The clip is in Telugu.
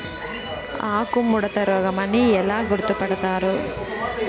ఆకుముడత రోగం అని ఎలా గుర్తుపడతారు?